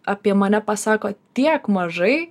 apie mane pasako tiek mažai